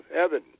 heaven